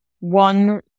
One